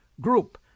group